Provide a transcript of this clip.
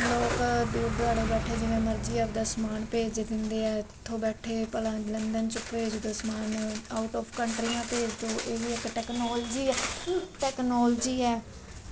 ਲੋਕ ਦੂਰ ਦੁਰਾਡੇ ਬੈਠੇ ਜਿਵੇਂ ਮਰਜ਼ੀ ਆਪਦਾ ਸਮਾਨ ਭੇਜ ਦਿੰਦੇ ਹੈ ਇੱਥੋਂ ਬੈਠੇ ਭਲਾ ਲੰਦਨ 'ਚ ਭੇਜ ਦਓ ਸਮਾਨ ਨੂੰ ਆਊਟ ਆਫ ਕੰਟਰੀਆਂ ਭੇਜ ਦਓ ਇਹ ਵੀ ਇੱਕ ਟੈਕਨੋਲਜੀ ਟੈਕਨੋਲਜੀ ਹੈ